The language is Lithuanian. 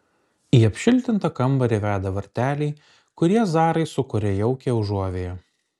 į apšiltintą kambarį veda varteliai kurie zarai sukuria jaukią užuovėją